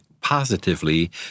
positively